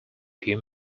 few